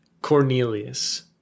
Cornelius